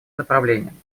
направлениям